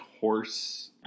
horse